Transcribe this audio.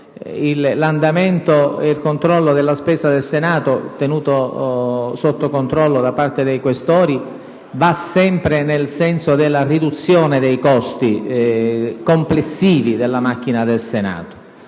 l'andamento della spesa del Senato, tenuto sotto controllo dai senatori Questori, va sempre nel senso della riduzione dei costi complessivi della macchina del Senato.